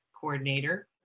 coordinator